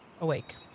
awake